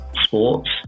sports